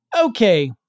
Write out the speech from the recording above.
Okay